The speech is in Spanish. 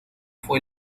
fue